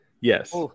Yes